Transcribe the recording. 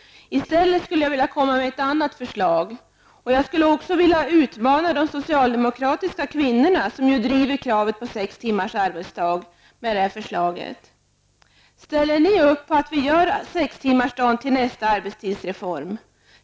I stället skulle jag vilja komma med ett annat förslag. Och jag skulle med det här förslaget också vilja utmana de socialdemokratiska kvinnorna, som ju driver kravet på sex timmars arbetsdag. Ställer ni er bakom kravet på att vi gör sextimmarsdagen till nästa arbetstidsreform?